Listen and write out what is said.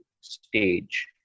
stage